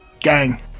Gang